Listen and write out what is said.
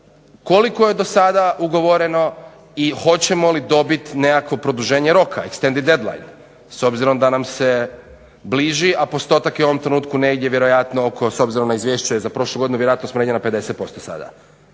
koliko je do sada ugovoreno i hoćemo li dobiti nekakvo produženje roka, extended deadline, s obzirom da nam se bliži, a postotak je u ovom trenutku negdje vjerojatno oko, s obzirom na izvješće za prošlu godinu vjerojatno smo negdje na 50% sada.